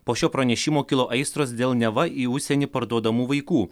po šio pranešimo kilo aistros dėl neva į užsienį parduodamų vaikų